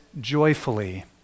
joyfully